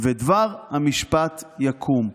ודבר המשפט יקום".